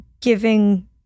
giving